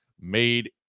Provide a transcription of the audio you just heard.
made